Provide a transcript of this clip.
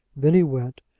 then he went,